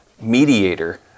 mediator